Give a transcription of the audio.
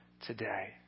today